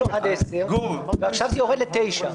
ועכשיו זה יורד לתשע.